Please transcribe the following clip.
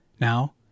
Now